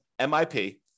MIP